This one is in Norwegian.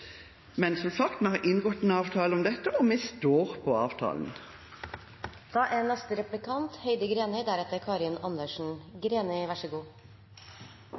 Men som sagt har vi inngått en avtale om dette, og vi står